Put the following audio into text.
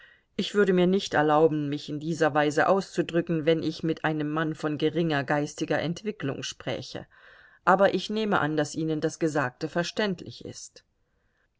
ich würde mir nicht erlauben mich in dieser weise auszudrücken wenn ich mit einem mann von geringer geistiger entwickelung spräche aber ich nehme an daß ihnen das gesagte verständlich ist